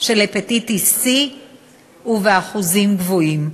של הפטיטיס C ובאחוזים גבוהים.